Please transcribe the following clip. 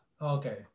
Okay